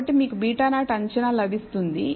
కాబట్టి మీకు β0 అంచనా లభిస్తుంది